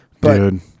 Dude